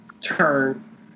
turn